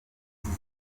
zero